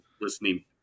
listening